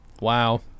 wow